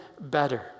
better